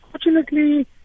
unfortunately